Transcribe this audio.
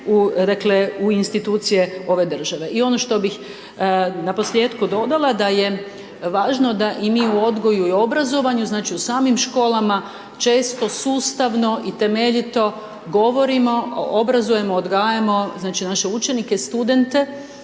dakle u institucije ove države. I ono što bih na posljetku dodala, da je važno da i mi u odgoju i obrazovanju, znači u samim školama često sustavno i temeljito govorimo, obrazujemo, odgajamo, znači naše učenike studente